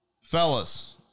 Fellas